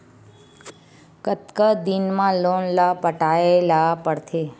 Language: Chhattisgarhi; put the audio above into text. कतका दिन मा लोन ला पटाय ला पढ़ते?